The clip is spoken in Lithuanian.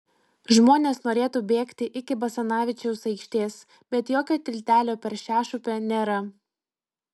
žmonės norėtų bėgti iki basanavičiaus aikštės bet jokio tiltelio per šešupę nėra